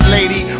Lady